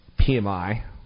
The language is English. PMI